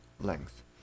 length